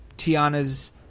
Tiana's